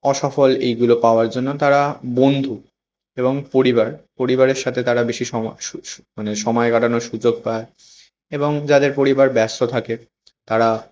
অসফল এইগুলো পাওয়ার জন্য তারা বন্ধু এবং পরিবার পরিবারের সাথে তারা বেশি সময় সু সু মানে সমায় কাটানোর সুযোগ পায় এবং যাদের পরিবার ব্যস্ত থাকে তারা